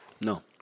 No